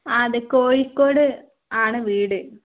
ആ അതെ കോഴിക്കോട് ആണ് വീട്